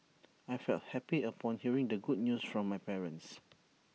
I felt happy upon hearing the good news from my parents